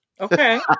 Okay